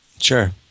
Sure